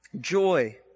Joy